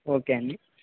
okay అండి